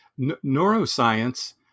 neuroscience